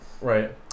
Right